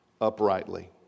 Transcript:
uprightly